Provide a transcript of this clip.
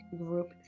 group